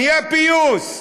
נהיה פיוס.